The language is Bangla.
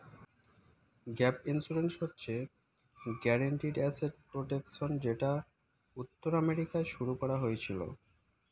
গ্যাপ ইন্সুরেন্স হচ্ছে গ্যারিন্টিড অ্যাসেট প্রটেকশন যেটা উত্তর আমেরিকায় শুরু করা হয়েছিল